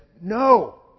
no